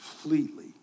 completely